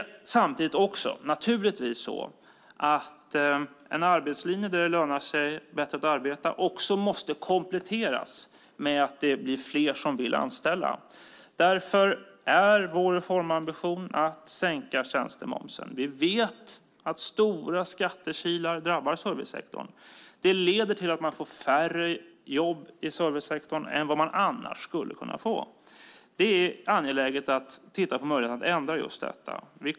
Samtidigt måste naturligtvis en arbetslinje som gör att det lönar sig bättre att arbeta kompletteras med att fler vill anställa. Därför är vår reformambition att sänka tjänstemomsen. Vi vet att stora skattekilar drabbar servicesektorn. Det leder till att man får färre jobb i servicesektorn än vad man annars skulle kunna få. Det är angeläget att titta på möjligheten att ändra på det.